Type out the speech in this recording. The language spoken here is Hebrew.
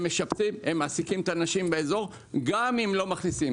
הם מעסיקים את האנשים באזור, גם אם לא מכניסים.